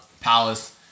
palace